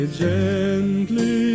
gently